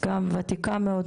גם ותיקה מאוד,